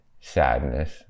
sadness